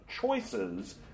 choices